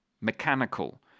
mechanical